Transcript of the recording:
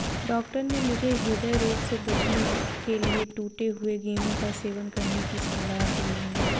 doctor ने मुझे हृदय रोग से बचने के लिए टूटे हुए गेहूं का सेवन करने की सलाह दी है